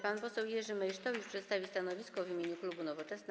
Pan poseł Jerzy Meysztowicz przedstawi stanowisko w imieniu klubu Nowoczesna.